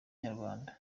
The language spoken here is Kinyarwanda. nyarwanda